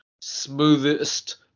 smoothest